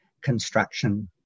construction